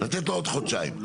לתת לו עוד חודשיים.